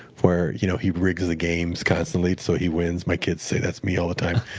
where you know he rigs the games constantly so he wins my kids say that's me all the time.